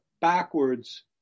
backwards